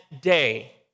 day